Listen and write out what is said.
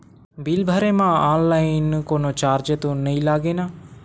Bill भरे मा online कोनो चार्ज तो नई लागे ना?